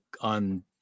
on